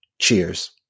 Cheers